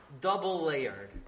double-layered